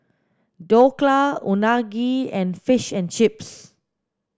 Dhokla Unagi and Fish and Chips